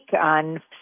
on